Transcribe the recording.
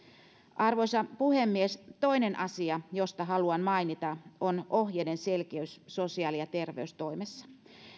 arvoisa puhemies toinen asia josta haluan mainita on ohjeiden selkeys sosiaali ja terveystoimessa